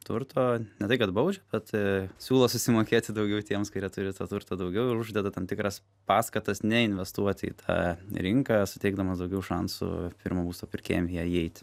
turto ne tai kad baudžia bet siūlo susimokėti daugiau tiems kurie turi to turto daugiau ir uždeda tam tikras paskatas neinvestuoti į tą rinką suteikdamas daugiau šansų pirmo būsto pirkėjam į ją įeit